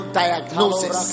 diagnosis